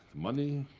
money,